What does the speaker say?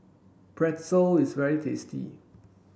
Pretzel is very tasty